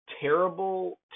Terrible